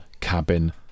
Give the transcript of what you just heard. Cabin